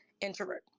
introvert